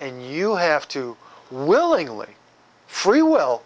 and you have to willingly freewill